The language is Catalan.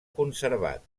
conservat